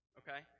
okay